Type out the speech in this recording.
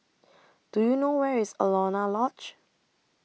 Do YOU know Where IS Alaunia Lodge